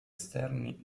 esterni